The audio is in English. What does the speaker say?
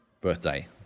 birthday